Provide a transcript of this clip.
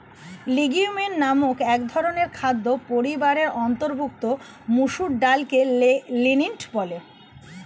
legume নামক একধরনের খাদ্য পরিবারের অন্তর্ভুক্ত মসুর ডালকে লেন্টিল বলে